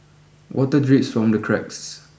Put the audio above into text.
water drips from the cracks